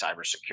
cybersecurity